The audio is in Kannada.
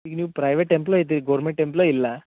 ಈಗ ನೀವು ಪ್ರೈವೇಟ್ ಎಂಪ್ಲಾಯ್ ಇದ್ದಿ ಗೌರ್ಮೆಂಟ್ ಎಂಪ್ಲಾಯ್ ಇಲ್ಲ